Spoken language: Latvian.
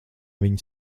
viņi